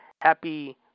Happy